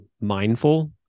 mindful